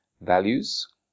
values